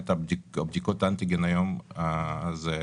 בדיקות אנטיגן היום הן